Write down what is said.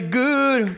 good